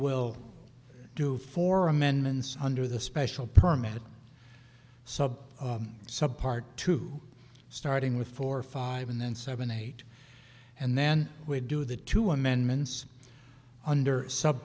will do for amendments under the special permit sub sub part two starting with four five and then seven eight and then we do the two amendments under sub